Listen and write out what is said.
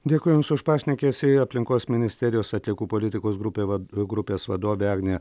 dėkui jums už pašnekesį aplinkos ministerijos atliekų politikos grupė va grupės vadovė agnė